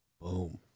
Boom